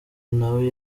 nawe